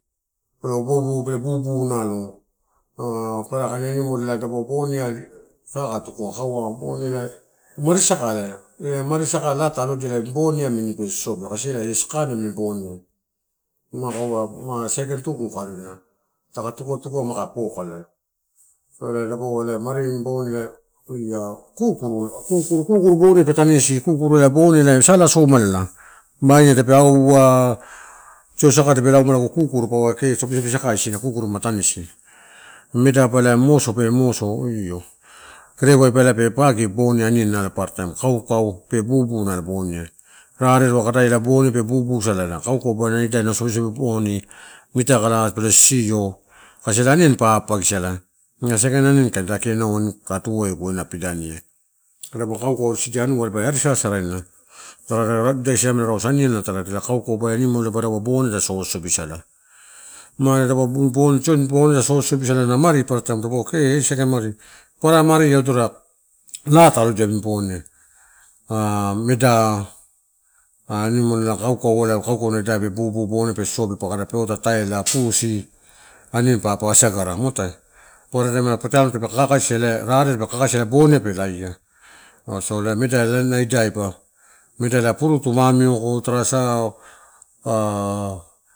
Pe weu, weu, pe bubu nalo paparataim elai bomnia saka tukua hakau elai mari saka, eh a mari saka laa ta allodia boni amini. Kaisi elai sakanna naming boni. Ma kaua sakai tuku kai aloina, taka tukuatukua, ma kai poka la. Ela dapaua mari amini boni ia kurukuru, kuruboniai pe tanisi, ela kuru bonia ela sala soma, baina tape aua, tioi saka tape lauma lago kuru peua sobsobi sakaisina kuru ma, tanisi, medaba moso pe moso io. Kerevai ba pe papagi boniai aniani nalo paparataim, kaukau pe bubu nalo boniai. Rare ro, kadaela bonia pe bubu salala, kaukau bana ida na sobisobi boni mitakala pe sisio kasi ela aniani papagi sala na saikain aniani kai dakia inuu wain kae tuede ena pidaniai. Tarada ani siamela rausu anianila tarada. Kaukauba animal bonia tadi sosobi sala madapau mabu tioni bonia ta sosobisala na ari paparataim kee sena mari. Paparamari odorola laa ta aloadia namini boniai hao-meda ah animal na kaukau na idai pe bubu, bubu otape taila pussy aniani papa asagara mu atae paparataim paatalo tapeka kakasia aka tapeka kakaisia rareai ela boniai pe laia so, meda elana idaiba. Meda ela purutu, mamioko tara saa ah